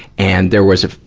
and there was a,